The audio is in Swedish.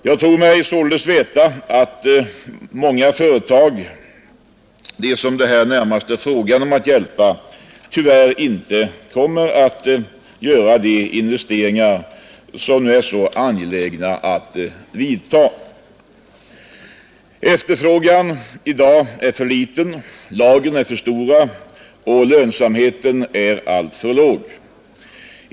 Jag tror mig således veta att många företag, de som det här närmast är fråga om att hjälpa, tyvärr inte kommer att göra de investeringar som är så angelägna. Efterfrågan är i dag för liten, lagren är för stora, och lönsamheten är alltför dålig.